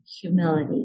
Humility